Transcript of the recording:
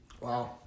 Wow